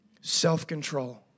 self-control